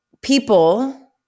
people